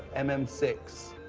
m m six.